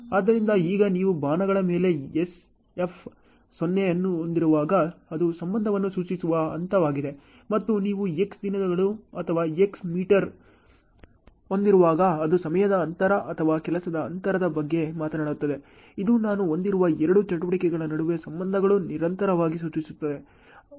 ಆದ್ದರಿಂದ ಈಗ ನೀವು ಬಾಣಗಳ ಮೇಲೆ F S O ಅನ್ನು ಹೊಂದಿರುವಾಗ ಅದು ಸಂಬಂಧವನ್ನು ಸೂಚಿಸುವ ಹಂತವಾಗಿದೆ ಮತ್ತು ನೀವು X ದಿನಗಳು ಅಥವಾ X ಮೀಟರ್ ಹೊಂದಿರುವಾಗ ಅದು ಸಮಯದ ಅಂತರ ಅಥವಾ ಕೆಲಸದ ಅಂತರದ ಬಗ್ಗೆ ಮಾತನಾಡುತ್ತದೆ ಇದು ನಾನು ಹೊಂದಿರುವ ಎರಡು ಚಟುವಟಿಕೆಗಳ ನಡುವೆ ಸಂಬಂಧಗಳು ನಿರಂತರವಾಗಿ ಸೂಚಿಸುತ್ತದೆ